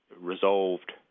resolved